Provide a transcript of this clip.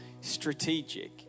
strategic